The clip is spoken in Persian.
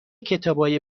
کتابای